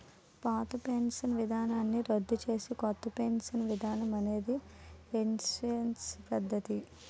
పాత పెన్షన్ విధానాన్ని రద్దు చేసి కొత్త పెన్షన్ విధానం అనేది ఎన్పీఎస్ పద్ధతి